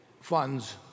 funds